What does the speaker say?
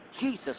Jesus